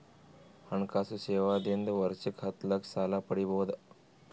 ಹಣಕಾಸು ಸೇವಾ ದಿಂದ ವರ್ಷಕ್ಕ ಹತ್ತ ಲಕ್ಷ ಸಾಲ ಪಡಿಬೋದ?